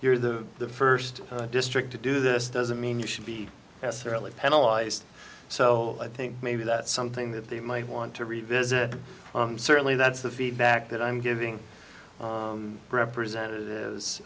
you're the first district to do this doesn't mean you should be necessarily penalize so i think maybe that's something that they might want to revisit certainly that's the feedback that i'm giving represent